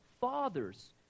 fathers